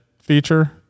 feature